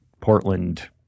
Portland-